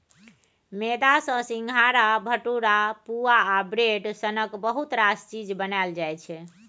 मेदा सँ सिंग्हारा, भटुरा, पुआ आ ब्रेड सनक बहुत रास चीज बनाएल जाइ छै